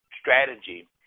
strategy